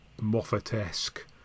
Moffat-esque